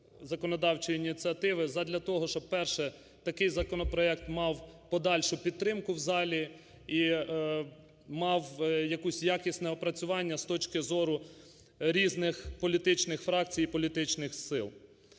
законодавчої ініціативи, задля того щоб, перше, такий законопроект мав подальшу підтримку в залі і мав якесь якісне опрацювання з точки зору різних політичних фракцій і політичних сил.